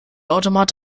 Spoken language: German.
automat